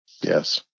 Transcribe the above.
Yes